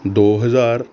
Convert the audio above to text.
ਦੋ ਹਜ਼ਾਰ